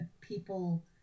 people